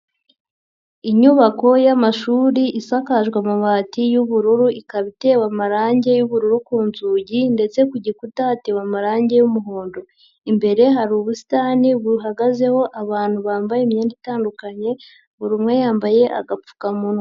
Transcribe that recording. Inyubako y'amashuri isakajwe amabati y'ubururu, ikaba itewe amarangi y'ubururu ku nzugi ndetse ku gikuta hatewe amarangi y'umuhondo, imbere hari ubusitani buhagazeho abantu bambaye imyenda itandukanye buri umwe yambaye agapfukamunwa.